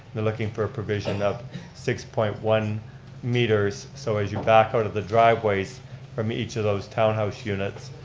we're looking for a provision of six point one meters, so as you back out of the driveways from each of those townhouse units,